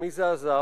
למי זה עזר?